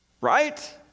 right